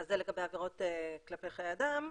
זה לגבי עבירות כלפי חיי אדם.